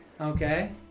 Okay